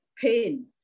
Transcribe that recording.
pain